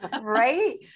Right